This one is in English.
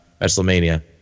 WrestleMania